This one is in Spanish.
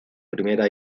primera